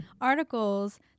articles